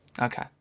Okay